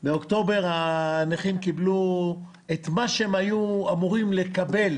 בחודש אוקטובר הנכים קיבלו את מה שהם היו אמורים לקבל